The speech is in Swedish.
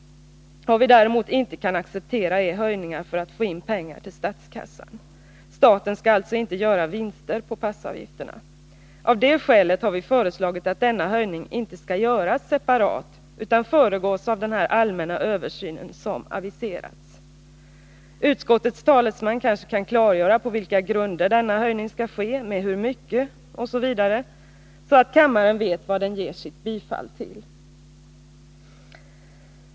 Vad vi däremot inte kan acceptera är höjningar för att få in pengar till statskassan. Staten skall alltså inte göra vinster på passavgifterna. Av det skälet har vi föreslagit att denna höjning inte skall göras separat utan föregås av den allmänna översyn som aviserats. Utskottets talesman kanske kan klargöra på vilka grunder denna höjning skall ske, med hur mycket osv., så att kammaren vet vad den ger sitt bifall till.